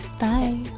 Bye